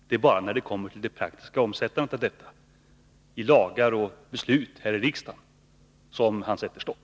Det är bara när det kommer till det praktiska omsättandet av de vackra parollerna i lagar och beslut här i riksdagen som han sätter stopp.